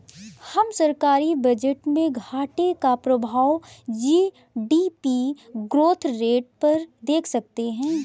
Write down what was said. हम सरकारी बजट में घाटे का प्रभाव जी.डी.पी ग्रोथ रेट पर देख सकते हैं